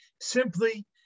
simply